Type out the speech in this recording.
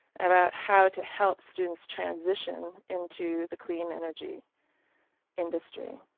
about how to help students transition into the clean energy industry.